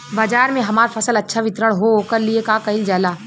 बाजार में हमार फसल अच्छा वितरण हो ओकर लिए का कइलजाला?